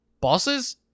Bosses